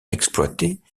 exploitée